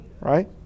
right